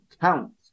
count